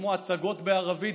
לשמוע הצגות בערבית,